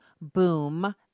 Boom